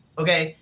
okay